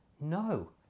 no